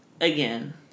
again